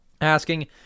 asking